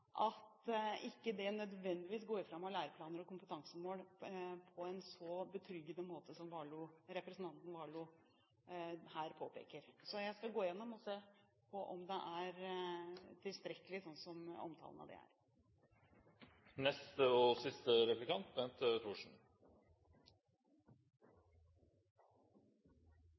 at det ikke nødvendigvis går fram av læreplaner og kompetansemål på en betryggende måte, som representanten Warloe her påpeker. Så jeg skal gå gjennom det og se om det er tilstrekkelig ut fra denne omtalen. Jeg synes det